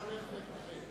מצביע חנין זועבי,